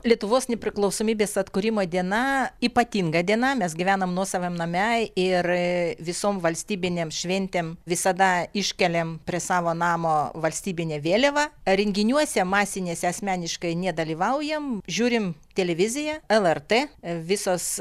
lietuvos nepriklausomybės atkūrimo diena ypatinga diena mes gyvename nuosavam name ir visom valstybinėm šventėm visada iškeliam prie savo namo valstybinę vėliavą renginiuose masinėse asmeniškai nedalyvaujam žiūrim televiziją lrt visos